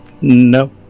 No